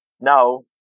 Now